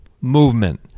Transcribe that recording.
movement